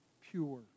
pure